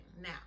Now